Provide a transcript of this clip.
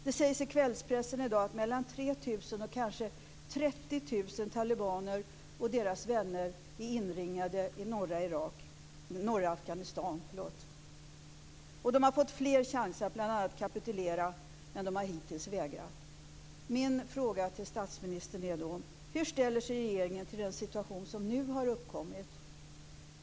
Det sägs i kvällspressen i dag att mellan 3 000 och 30 000 talibaner och deras vänner är inringade i norra Afghanistan. De har fått fler chanser att kapitulera, men de har hittills vägrat. Min fråga till statsministern är då: Hur ställer sig regeringen till den situation som nu har uppkommit?